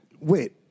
Wait